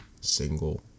single